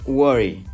worry